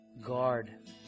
guard